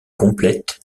complète